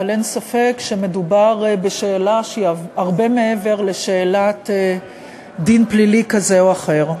אבל אין ספק שמדובר בשאלה שהיא הרבה מעבר לשאלת דין פלילי כזה או אחר.